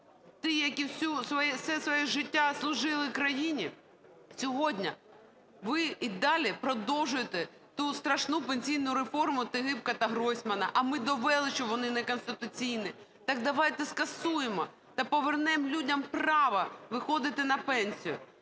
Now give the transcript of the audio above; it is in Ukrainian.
тих, які все своє життя служили країні. Сьогодні ви і далі продовжуєте ту страшну пенсійну реформу Тігіпка та Гройсмана, а ми довели, що вони не конституційні. Так давайте скасуємо та повернемо людям право виходити на пенсію.